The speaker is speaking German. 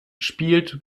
spielt